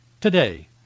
today